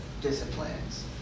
disciplines